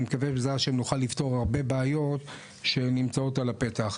ואני מקווה בעזרת השם שנוכל לפתור הרבה בעיות שנמצאות על הפתח.